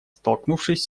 столкнувшись